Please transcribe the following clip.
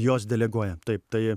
jos deleguoja taip tai